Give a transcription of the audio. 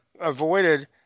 avoided